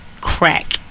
crack